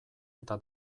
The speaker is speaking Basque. eta